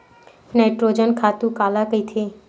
Nitrogen खातु काला कहिथे?